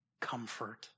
comfort